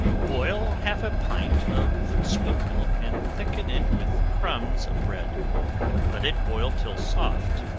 boil half a pint of sweet milk, and thicken it with crumbs of bread let it boil till soft.